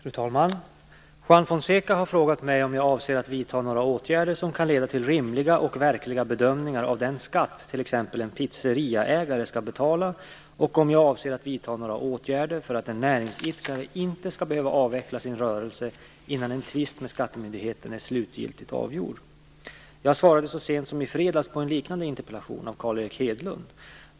Fru talman! Juan Fonseca har frågat mig om jag avser att vidta några åtgärder som kan leda till rimliga och verkliga bedömningar av den skatt som t.ex. en pizzeriaägare skall betala och om jag avser att vidta några åtgärder för att en näringsidkare inte skall behöva avveckla sin rörelse innan en tvist med skattemyndigheten är slutligt avgjord. Jag svarade så sent som i fredags på en liknande interpellation av Carl Erik Hedlund.